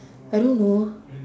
I don't know